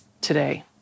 today